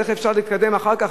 אז איך אפשר להתקדם אחר כך,